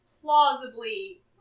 plausibly